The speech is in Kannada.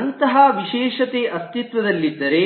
ಅಂತಹ ವಿಶೇಷತೆಯು ಅಸ್ತಿತ್ವದಲ್ಲಿದ್ದರೆ